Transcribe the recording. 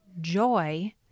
joy